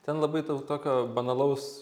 ten labai daug tokio banalaus